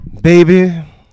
Baby